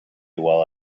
while